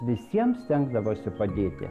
visiems stengdavosi padėti